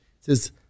says